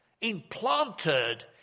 implanted